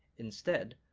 instead,